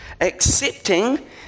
Accepting